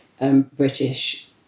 British